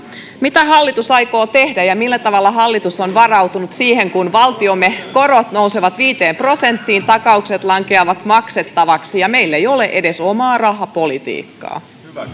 mitä hallitus aikoo tehdä ja millä tavalla hallitus on varautunut siihen kun valtiomme korot nousevat viiteen prosenttiin takaukset lankeavat maksettaviksi ja meillä ei ole edes omaa rahapolitiikkaa